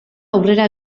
aurrera